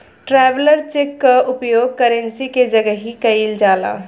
traveller cheque कअ उपयोग currency के जगही कईल जाला